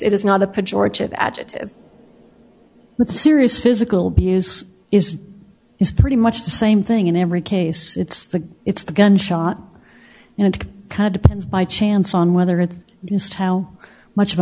it is not a pejorative at the serious physical abuse is it's pretty much the same thing in every case it's the it's the gun shot you know kind of depends by chance on whether it's just how much of a